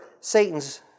Satan's